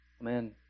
Amen